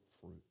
fruit